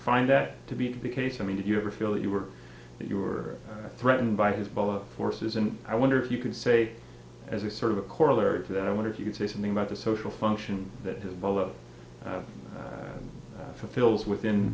find that to be the case i mean did you ever feel that you were you were threatened by hezbollah forces and i wonder if you could say as a sort of a corollary to that i wonder if you could say something about the social function that all of filled with in